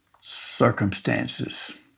circumstances